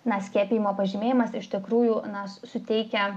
na skiepijimo pažymėjimas iš tikrųjų na suteikia